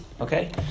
okay